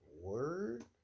Word